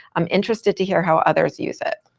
i'm interested to hear how others use it.